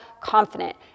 Confident